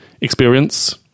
experience